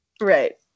right